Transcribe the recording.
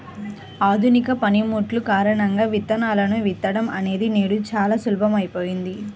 ఆధునిక పనిముట్లు కారణంగా విత్తనాలను విత్తడం అనేది నేడు చాలా సులభమైపోయింది